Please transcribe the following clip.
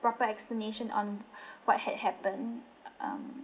proper explanation on what had happened um